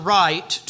right